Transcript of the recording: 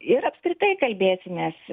ir apskritai kalbėsimės